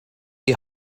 die